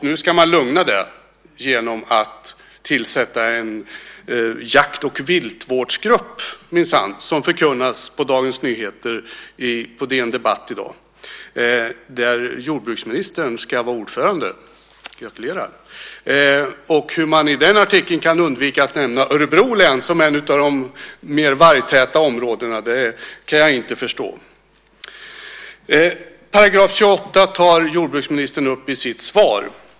Nu ska man lugna den genom att tillsätta en jakt och viltvårdsgrupp minsann, som förkunnas i Dagens Nyheter, på DN Debatt, i dag. Där ska jordbruksministern vara ordförande - gratulerar! Hur man i den artikeln kan undvika att nämna Örebro län som ett av de mer vargtäta områdena kan jag inte förstå. Jordbruksministern tar upp § 28 i sitt svar.